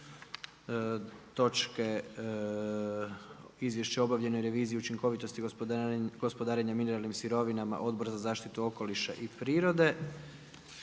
toče Izvješća o obavljanoj revizije učinkovitosti gospodarenja mineralnih sirovina Odbora za zaštitu okoliša i prirode.